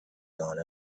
gone